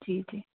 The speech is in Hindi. ठीक है